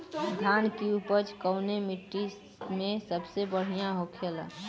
धान की उपज कवने मिट्टी में सबसे बढ़ियां होखेला?